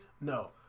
No